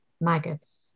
maggots